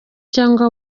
cyangwa